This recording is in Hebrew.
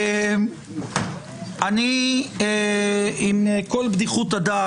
עם כל בדיחות הדעת,